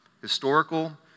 Historical